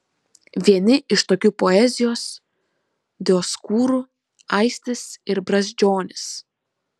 vieni iš tokių poezijos dioskūrų aistis ir brazdžionis